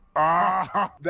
ah.